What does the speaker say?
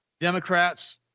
Democrats